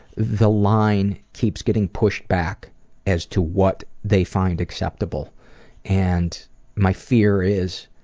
the line keeps getting pushed back as to what they find acceptable and my fear is